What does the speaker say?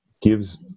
gives